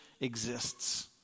exists